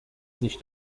sich